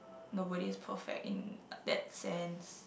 nobody is perfect in that sense